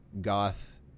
goth